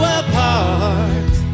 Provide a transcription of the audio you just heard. apart